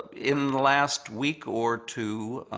in the last week or two,